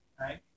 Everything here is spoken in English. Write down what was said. right